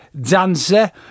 dancer